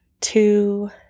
two